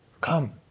come